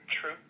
True